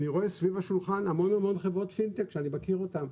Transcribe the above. אני רואה סביב השולחן המון המון חברות פינטק שאני מכיר אותן,